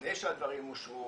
לפני שהדברים אושרו,